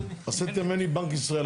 עשיתם ממני בנק ישראל.